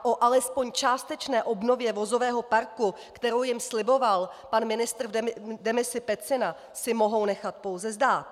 O alespoň částečné obnově vozového parku, kterou jim sliboval pan ministr v demisi Pecina, si mohou nechat pouze zdát.